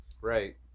Right